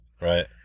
right